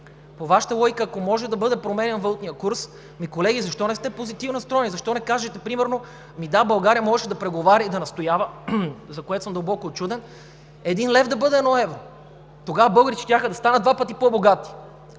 по Вашата логика, ако може да бъде променян валутният курс – ами, колеги, защо не сте позитивно настроени, защо не кажете примерно, че да, България можеше да преговаря и да настоява – за което съм дълбоко учуден – един лев да бъде едно евро. Тогава българите щяха да станат два пъти по-богати.